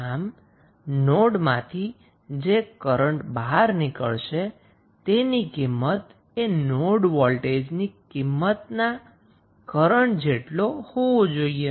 આમ નોડમાંથી જે કરન્ટ બહાર નીકળશે તેની કિંમત એ નોડ વોલ્ટેજની કિંમતના કરન્ટ જેટલો હોવો જોઈએ